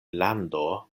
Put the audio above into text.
lando